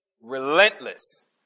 Relentless